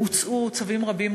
הוצאו צווים רבים,